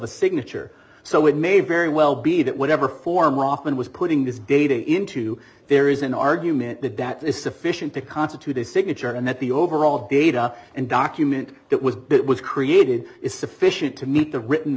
a signature so it may very well be that whatever form often was putting this data into there is an argument that that is sufficient to constitute a signature and that the overall data and document that was it was created is sufficient to meet the written